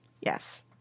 Yes